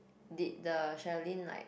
did the Sherlyn like